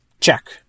Check